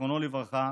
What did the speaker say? זיכרונו לברכה,